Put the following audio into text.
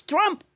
Trump